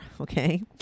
okay